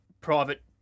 private